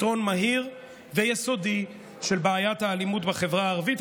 לפתרון מהיר ויסודי של בעיית האלימות בחברה הערבית.